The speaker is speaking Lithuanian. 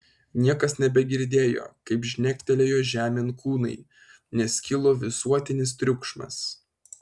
niekas nebegirdėjo kaip žnektelėjo žemėn kūnai nes kilo visuotinis triukšmas